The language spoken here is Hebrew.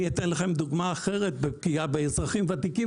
אני אתן לכם דוגמה אחרת לפגיעה באזרחים ותיקים